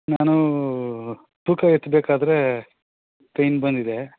ನಾನು ತೂಕ ಎತ್ತಬೇಕಾದ್ರೆ ಪೈನ್ ಬಂದಿದೆ